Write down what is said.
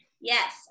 yes